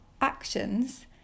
actions